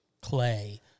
clay